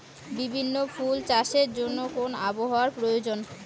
বিভিন্ন ফুল চাষের জন্য কোন আবহাওয়ার প্রয়োজন?